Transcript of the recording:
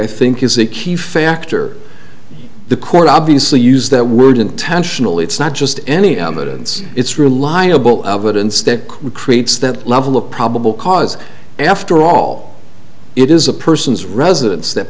i think is a key factor the court obviously used that word intentionally it's not just any evidence it's reliable evidence that creates that level of probable cause after all it is a person's residence that